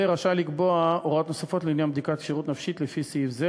ורשאי לקבוע הוראות נוספות לעניין בדיקת כשירות נפשית לפי סעיף זה,